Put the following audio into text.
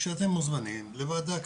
כשאתם מוזמנים לוועדה כזו,